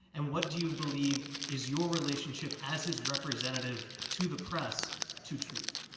and what do you believe is your relationship as his representative to the press to truth?